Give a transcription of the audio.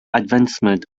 advancement